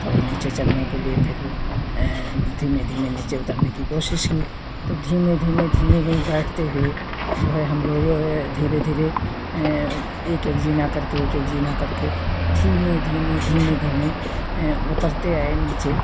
तो नीचे चलने के लिए फिर धीमे धीमे नीचे उतरने की कोशिश की तब धीमे धीमे धीमे धीमे बैठते हुए जो है हम लोग धीरे धीरे एक एक जीना करके एक एक जीना करके धीमे धीमे धीमे धीमे उतरते आए नीचे